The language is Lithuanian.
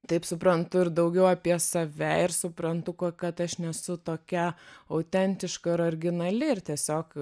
taip suprantu ir daugiau apie save ir suprantu ko kad aš nesu tokia autentiška ir originali ir tiesiog